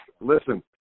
Listen